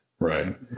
Right